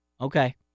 okay